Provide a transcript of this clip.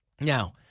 Now